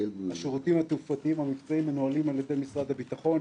השירותים התעופתיים המבצעיים מנוהלים על ידי משרד הביטחון.